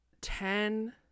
ten